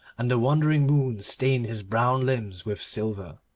and the wandering moon stained his brown limbs with silver.